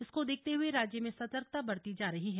इसको देखते हुए राज्य में सतर्कता बरती जा रही है